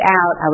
out